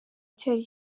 cyari